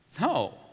No